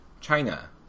China